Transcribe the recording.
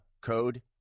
code